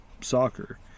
soccer